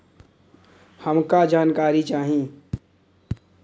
हमका जानकारी चाही?